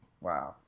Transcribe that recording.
wow